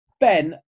ben